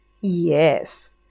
Yes